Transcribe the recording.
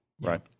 right